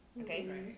okay